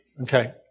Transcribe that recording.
Okay